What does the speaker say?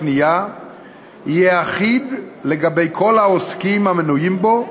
קנייה יהיה אחיד לכל העוסקים המנויים בו,